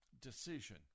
decision